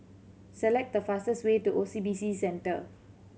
select the fastest way to O C B C Centre